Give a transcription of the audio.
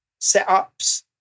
setups